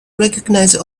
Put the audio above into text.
recognize